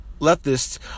leftists